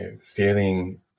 feeling